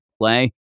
play